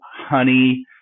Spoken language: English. honey